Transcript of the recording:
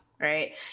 right